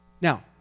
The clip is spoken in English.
Now